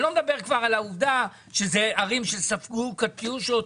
אני לא מדבר על העובדה שאלה ערים שספגו קטיושות,